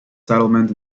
settlement